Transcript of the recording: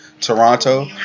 Toronto